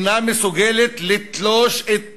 אינה מסוגלת לתלוש את פניה,